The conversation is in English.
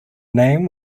name